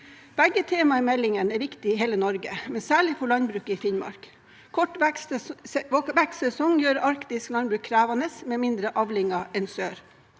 Begge temaer i meldingen er viktig i hele Norge, men særlig for landbruket i Finnmark. Kort vekstsesong gjør arktisk landbruk krevende, med mindre avlinger enn i sør.